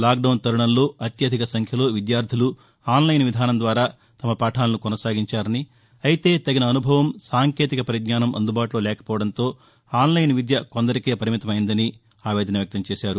lockdown తరుణంలో అత్యధిక సంఖ్యలో విద్యార్దులు ఆన్లైన్ విధానం ద్వారా తమ పాఠాలను కొనసాగించారని అయితే తగిన అనుభవం సాంకేతిక పరిజ్ఞానం అందుబాటులో లేకపోవడంతో ఆన్లైన్ విద్య కొందరికే పరిమితమయ్యిందని ఉపరాష్టపతి ఆవేదన వ్యక్తంచేశారు